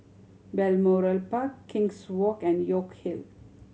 Balmoral Park King's Walk and York Hill